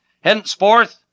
Henceforth